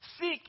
Seek